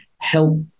help